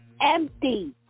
empty